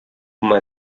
uma